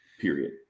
period